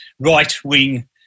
right-wing